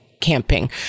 camping